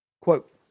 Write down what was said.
Quote